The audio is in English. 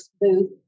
booth